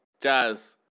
Jazz